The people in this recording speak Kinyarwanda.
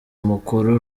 mukuru